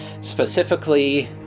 Specifically